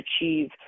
achieve